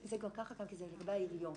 זה --- זה כבר מנגנון